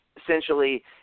essentially